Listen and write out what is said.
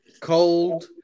cold